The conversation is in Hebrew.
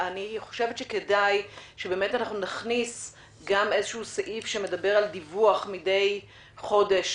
כדאי שנכניס איזשהו סעיף שמדבר על דיווח מדי חודש,